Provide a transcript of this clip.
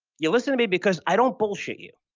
you listen to me because i don't bullshit you.